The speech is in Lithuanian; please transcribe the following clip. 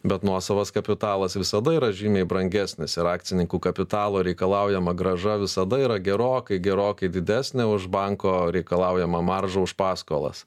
bet nuosavas kapitalas visada yra žymiai brangesnis ir akcininkų kapitalo reikalaujama grąža visada yra gerokai gerokai didesnė už banko reikalaujamą maržą už paskolas